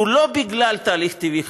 שהוא לא בגלל תהליך טבעי,